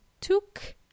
took